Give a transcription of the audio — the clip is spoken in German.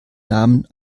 namen